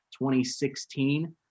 2016